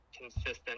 consistent